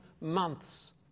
months